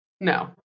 No